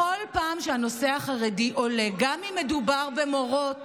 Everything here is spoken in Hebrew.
בכל פעם שהנושא החרדי עולה, גם אם מדובר במורות